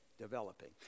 developing